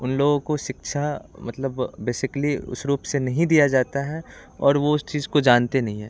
उन लोगों को शिक्षा मतलब बेसिकली उस रूप से नहीं दिया जाता है और वो उस चीज को जानते नहीं है